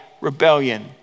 rebellion